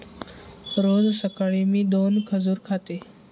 रोज सकाळी मी दोन खजूर खाते